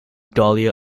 dahlia